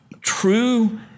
true